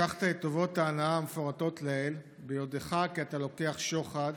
לקחת את טובות ההנאה המפורטות לעיל ביודעך כי אתה לוקח שוחד